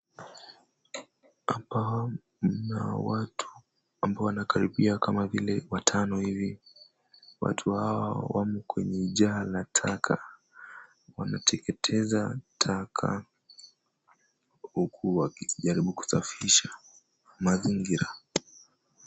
Hapa mna watu ambao wanakaribia kama vile watano ivi. Watu hawa wamo kwenye jaa la taka. Wameteketeza taka huku wakijaribu kusafisha mazingira.